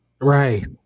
Right